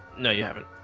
no, you have it